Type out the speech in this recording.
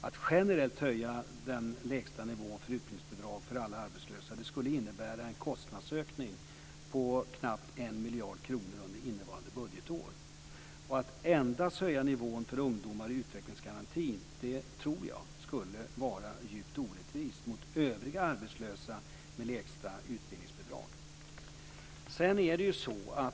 Att generellt höja den lägsta nivån för utbildningsbidrag för alla arbetslösa skulle innebära en kostnadsökning på knappt 1 miljard kronor under innevarande budgetår. Att endast höja nivån för ungdomar i utvecklingsgarantin tror jag skulle vara djupt orättvist mot övriga arbetslösa med lägsta utbildningsbidrag.